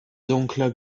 dunkler